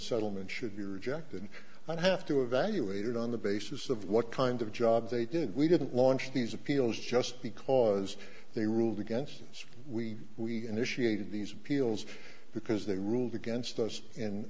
settlement should be rejected and have to evaluate it on the basis of what kind of job they did we didn't launch these appeals just because they ruled against us we we initiated these appeals because they ruled against us